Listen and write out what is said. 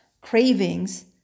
cravings